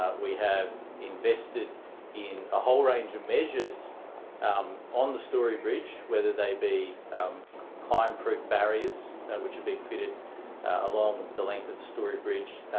ah we have invested in a whole range of measures um on the story bridge whether they be climb proof barriers which have been fitted along the length of the story bridge,